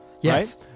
Yes